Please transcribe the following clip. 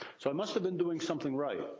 so, i must have been doing something right.